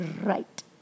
Right